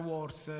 Wars